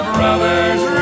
Brothers